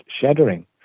shattering